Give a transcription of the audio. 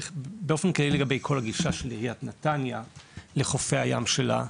ובאופן כללי לגבי כל הגישה של עיריית נתניה לחופי הים שלה.